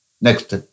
Next